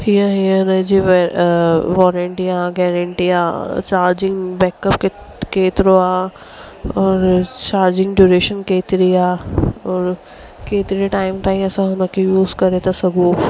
हीअं हीअं हुन जी वे वारंटी आहे गेरंटी आहे चार्जिंग बैकअप केत केतिरो आहे औरि चार्जिंग ड्यूरेशन केतिरी आहे औरि केतिरे टाइम ताईं असां हुन खे यूस करे था सघूं